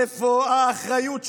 איפה האחריות שלכם?